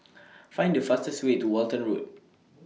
Find The fastest Way to Walton Road